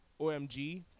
omg